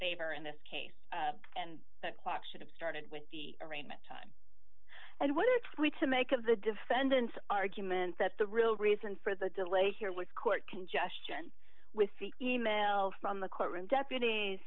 favor in this case and the clock should have started with the arraignment time and what are we to make of the defendant's argument that the real reason for the delay here was court congestion with the email from the courtroom deputies